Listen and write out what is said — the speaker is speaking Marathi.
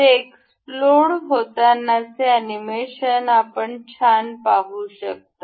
हे एक्सप्लोड होतानाचे अॅनिमेशन आपण छान पाहू शकता